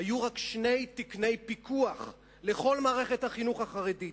היו רק שני תקני פיקוח לכל מערכת החינוך החרדית,